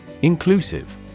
Inclusive